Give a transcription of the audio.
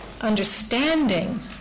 understanding